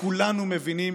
וכולנו מבינים,